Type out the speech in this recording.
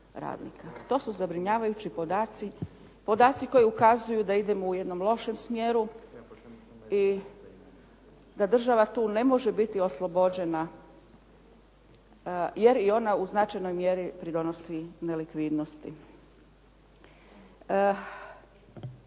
To su zabrinjavajući podaci, podaci koji ukazuju da idemo u jednom lošem smjeru i da država tu ne može biti oslobođena jer i ona u značajnoj mjeri pridonosi nelikvidnosti.